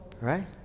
Right